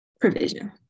provision